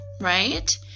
right